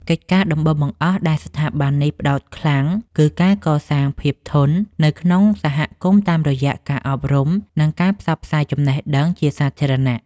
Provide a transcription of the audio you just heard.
កិច្ចការដំបូងបង្អស់ដែលស្ថាប័ននេះផ្ដោតខ្លាំង គឺការកសាងភាពធន់នៅក្នុងសហគមន៍តាមរយៈការអប់រំ និងការផ្សព្វផ្សាយចំណេះដឹងជាសាធារណៈ។